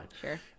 Sure